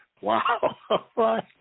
wow